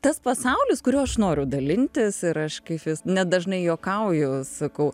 tas pasaulis kuriuo aš noriu dalintis ir aš kaip vis net dažnai juokauju sakau